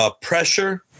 pressure